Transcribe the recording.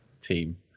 team